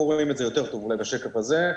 רואים את זה יותר טוב אולי בשקף הזה.